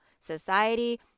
society